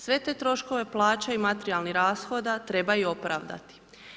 Sve te troškove, plaća i materijalnih rashoda treba i opravdati.